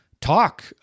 talk